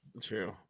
True